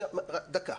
דקה.